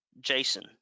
Jason